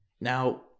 Now